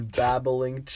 babbling